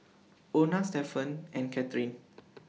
Ona Stefan and Cathryn